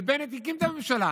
ובנט הקים את הממשלה.